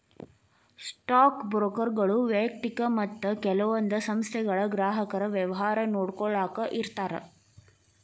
stock ಬ್ರೋಕರ್ಗಳು ವ್ಯಯಕ್ತಿಕ ಮತ್ತ ಕೆಲವೊಂದ್ ಸಂಸ್ಥೆಗಳ ಗ್ರಾಹಕರ ವ್ಯವಹಾರ ನೋಡ್ಕೊಳ್ಳಾಕ ಇರ್ತಾರ